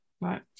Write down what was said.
Right